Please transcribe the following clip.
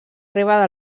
arribada